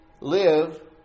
live